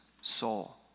soul